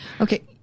Okay